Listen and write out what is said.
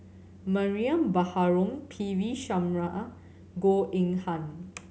Mariam Baharom P V Sharma Goh Eng Han